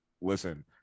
Listen